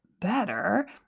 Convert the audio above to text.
better